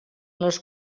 les